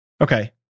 Okay